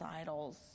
idols